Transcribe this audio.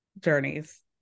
journeys